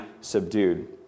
subdued